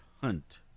Hunt